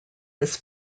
his